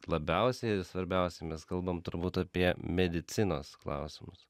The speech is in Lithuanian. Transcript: labiausiai ir svarbiausiai mes kalbam turbūt apie medicinos klausimus